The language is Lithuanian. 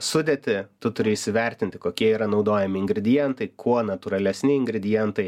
sudėtį tu turi įsivertinti kokie yra naudojami ingredientai kuo natūralesni ingredientai